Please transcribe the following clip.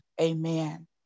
Amen